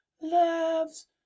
loves